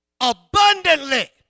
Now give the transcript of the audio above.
Abundantly